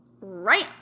right